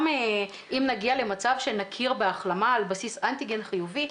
גם אם נגיע למצב שנכיר בהחלמה על בסיס אנטיגן חיובי,